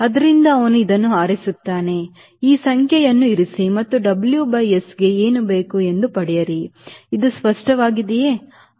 ಆದ್ದರಿಂದ ಅವನು ಇದನ್ನು ಆರಿಸುತ್ತಾನೆ ಈ ಸಂಖ್ಯೆಯನ್ನು ಇರಿಸಿ ಮತ್ತು WS ಗೆ ಏನು ಬೇಕು ಎಂದು ಪಡೆಯಿರಿ ಇದು ಸ್ಪಷ್ಟವಾಗಿದೆಯೇ